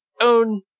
own